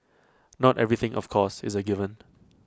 not everything of course is A given